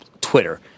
Twitter